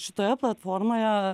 šitoje platformoje